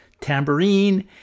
tambourine